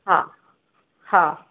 हा हा